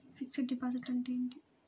Fixed డిపాజిట్లు అంటే ఏమిటి?